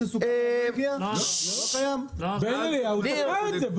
פרידמן, בבקשה.